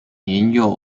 年幼